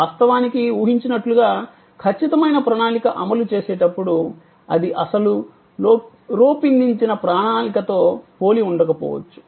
వాస్తవానికి ఊహించినట్లుగా ఖచ్చితమైన ప్రణాళిక అమలు చేసేటప్పుడు అది అసలు రోపిందించిన ప్రాణాలికతో పోలి ఉండకపోవచ్చు